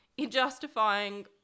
injustifying